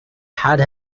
had